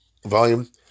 Volume